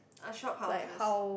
a shophouses